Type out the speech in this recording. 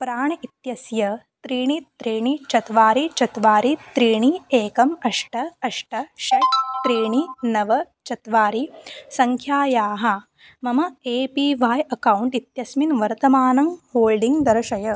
प्राण् इत्यस्य त्रीणि त्रीणि चत्वारि चत्वारि त्रीणि एकम् अष्ट अष्ट षट् त्रीणि नव चत्वारि सङ्ख्यायाः मम ए पी वै अकौण्ट् इत्यस्मिन् वर्तमानं होल्डिङ्ग् दर्शय